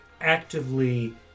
actively